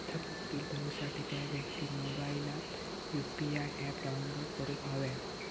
थकीत बील भरुसाठी त्या व्यक्तिन मोबाईलात यु.पी.आय ऍप डाउनलोड करूक हव्या